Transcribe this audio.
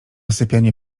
sypianie